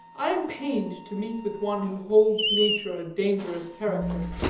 i am pained to meet with one who holds nature a dangerous character.